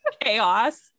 chaos